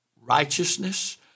righteousness